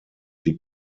des